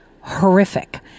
horrific